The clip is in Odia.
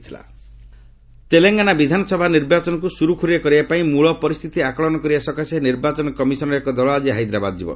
ଇସିଆଇ ତେଲେଙ୍ଗାନା ତେଲେଙ୍ଗାନାରେ ବିଧାନସଭା ନିର୍ବାଚନକୁ ସୁରୁଖୁରୁରେ କରେଇବା ପାଇଁ ମୂଳ ପରିସ୍ଥିତି ଆକଳନ କରିବା ସକାଶେ ନିର୍ବାଚନ କମିଶନର ଏକ ଦଳ ଆକି ହାଇଦ୍ରାବାଦ ଯିବ